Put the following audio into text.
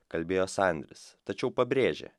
kalbėjo sandris tačiau pabrėžė